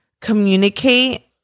communicate